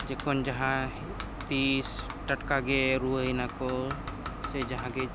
ᱡᱚᱠᱷᱚᱱ ᱡᱟᱦᱟᱸ ᱛᱤᱥ ᱴᱟᱴᱠᱟᱜᱮ ᱨᱩᱣᱟᱹᱭ ᱱᱟᱠᱚ ᱥᱮ ᱡᱟᱦᱟᱸ ᱜᱮ